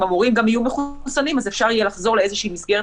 המורים גם יהיו מחוסנים אז אפשר יהיה לחזור לאיזושהי מסגרת